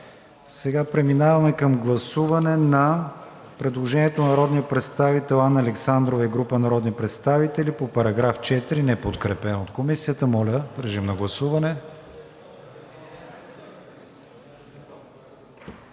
Преминаваме към гласуване на предложението на народния представител Анна Александрова и група народни представители по § 4, неподкрепено от Комисията. Гласували